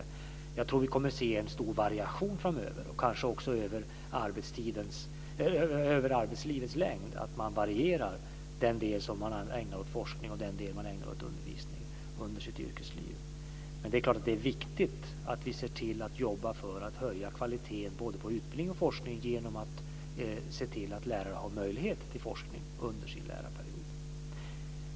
Jag tror att vi kommer att se en stor variation framöver och kanske också över arbetslivets längd, dvs. att man varierar den del man ägnar åt forskning och den del man ägnar åt undervisning under sitt yrkesliv. Det är klart att det är viktigt att se till att jobba för att höja kvaliteten både på utbildning och på forskning genom att se till att lärare har möjlighet till forskning under sin lärarperiod.